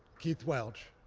keith welch,